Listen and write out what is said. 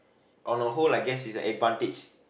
on a whole I guess it's a advantage